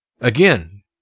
again